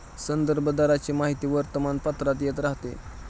संदर्भ दराची माहिती वर्तमानपत्रात येत राहते